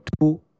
two